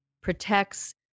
protects